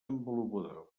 desenvolupadors